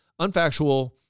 unfactual